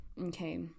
okay